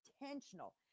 intentional